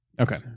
Okay